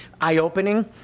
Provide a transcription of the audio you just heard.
eye-opening